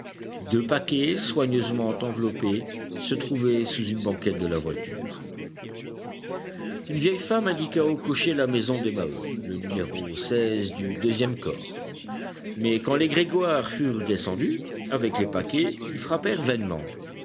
deux paquets soigneusement enveloppés se trouvaient sous une banquette de la voiture une vieille femme indiqua au cocher la maison des maheu le numéro du deuxième corps mais quand les grégoire furent descendus avec les paquets ils